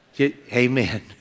Amen